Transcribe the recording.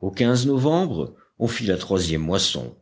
au novembre on fit la troisième moisson